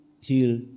till